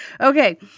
Okay